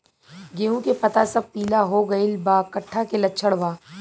गेहूं के पता सब पीला हो गइल बा कट्ठा के लक्षण बा?